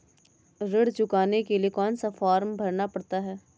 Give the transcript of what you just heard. ऋण चुकाने के लिए कौन सा फॉर्म भरना पड़ता है?